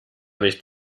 nicht